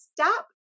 stop